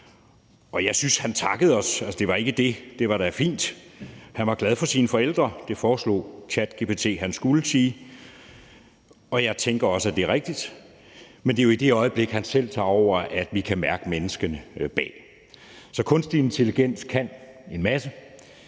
Jeg synes, at han takkede os, det var da ikke det, det var fint. Han var glad for sine forældre – det foreslog ChatGPT, han skulle sige – og jeg tænker også, at det er rigtigt. Men det er jo, i det øjeblik han selv tager over, vi kan mærke mennesket bag. Så kunstig intelligens kan en masse,